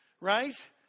right